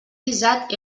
guisat